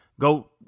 go